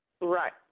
Right